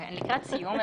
לקראת סיום,